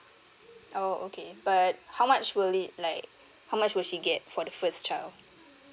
oh okay but how much will it like how much would she get for the first child